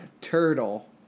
turtle